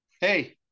Hey